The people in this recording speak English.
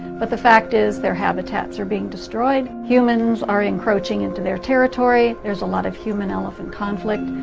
but the fact is their habitats are being destroyed. humans are encroaching into their territory. there's a lot of human elephant conflict.